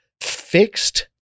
fixed